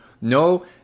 No